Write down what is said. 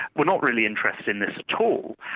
were not really interested in this at all,